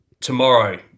Tomorrow